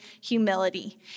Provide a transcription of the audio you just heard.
humility